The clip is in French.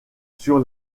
sur